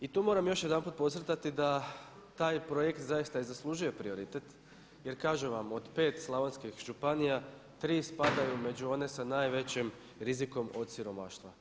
I tu moram još jedanput podcrtati da taj projekt zaista je zaslužio prioritet jer kažem vam od pet slavonskih županija tri spadaju među one sa najvećim rizikom od siromaštva.